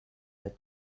that